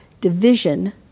division